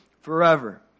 forever